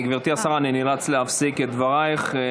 גברתי השרה, אני נאלץ להפסיק את דברייך.